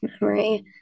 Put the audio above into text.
memory